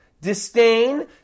disdain